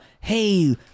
hey